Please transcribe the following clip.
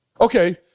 Okay